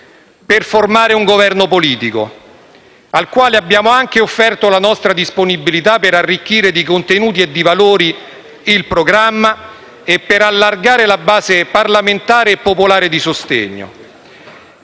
per formare un Governo politico, al quale abbiamo anche offerto la nostra disponibilità, per arricchire di contenuti e di valori il programma e per allargare la base parlamentare e popolare di sostegno,